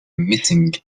missing